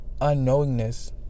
unknowingness